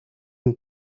une